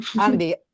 Andy